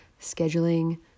Scheduling